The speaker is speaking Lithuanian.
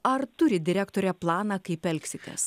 ar turi direktore planą kaip elgsitės